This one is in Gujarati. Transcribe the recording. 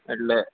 એટલે